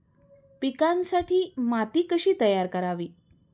पिकांसाठी माती कशी तयार करावी?